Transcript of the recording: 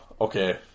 okay